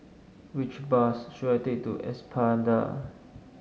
which bus should I take to Espada